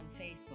Facebook